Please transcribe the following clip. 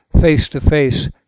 face-to-face